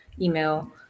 email